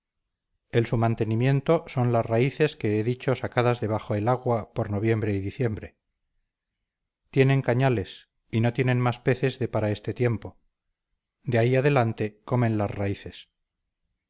el su mantenimiento son las raíces que he dicho sacadas de bajo el agua por noviembre y diciembre tienen cañales y no tienen más peces de para este tiempo de ahí adelante comen las raíces